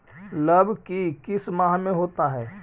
लव की किस माह में होता है?